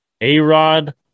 A-Rod